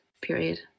period